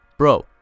Bro